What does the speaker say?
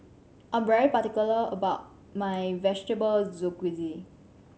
I'm particular about my Vegetable Jalfrezi